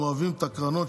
הם אוהבים את הקרנות,